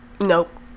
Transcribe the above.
Nope